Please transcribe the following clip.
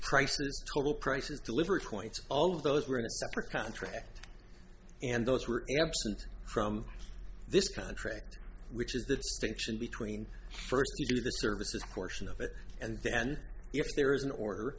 prices total prices delivery points all of those were in a separate contract and those were absent from this contract which is the distinction between the services portion of it and then if there is an order